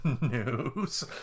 news